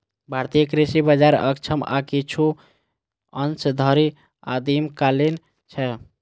भारतीय कृषि बाजार अक्षम आ किछु अंश धरि आदिम कालीन छै